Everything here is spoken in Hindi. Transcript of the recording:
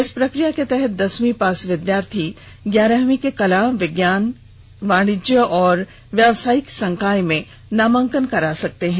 इस प्रक्रिया के तहत दसवीं पास विद्यार्थी ग्यारहवीं के कला विज्ञान वाणिज्य और व्यावसायिक संकाय में नामांकन करा सकते हैं